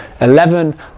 Eleven